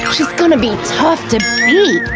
she's gonna be tough to beat.